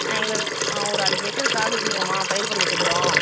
ஆ எங்களுக்கு ஒரு அஞ்சு ஏக்கர் காடு வெச்சுருக்கோம்மா பயிர் பண்ணிகிட்டுக்கறோம்